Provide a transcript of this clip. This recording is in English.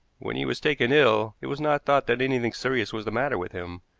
when he was taken ill it was not thought that anything serious was the matter with him,